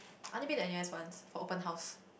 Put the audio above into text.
I only been to N_U_S once for open house